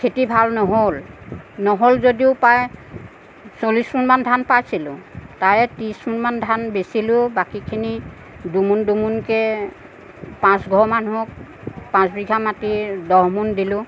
খেতি ভাল নহ'ল নহ'ল যদিও প্ৰায় চল্লিশ মোনমান ধান পাইছিলো তাৰে ত্ৰিশমোন মান ধান বেচিলো বাকীখিনি দুমোন দুমোনকে পাঁচ ঘৰ মানুহক পাঁচ বিঘা মাটিৰ দহমোন দিলো